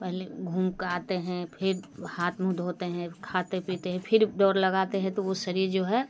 पहले घूम के आते हैं फिर हाथ मुँह धोते हैं खाते पीते हैं फिर दौड़ लगाते हैं तो वो शरीर जो है